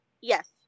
Yes